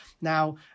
Now